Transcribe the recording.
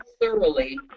thoroughly